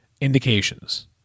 Indications